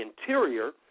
interior